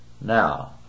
Now